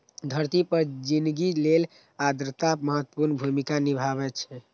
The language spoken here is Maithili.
धरती पर जिनगी लेल आर्द्रता महत्वपूर्ण भूमिका निभाबै छै